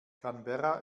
canberra